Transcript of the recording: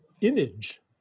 image